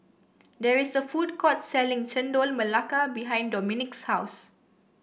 there is a food court selling Chendol Melaka behind Dominick's house